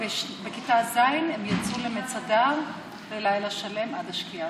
בכיתה ז' הם יצאו למצדה ללילה שלם עד השקיעה,